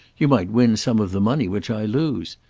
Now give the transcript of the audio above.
you might win some of the money which i lose.